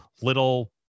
little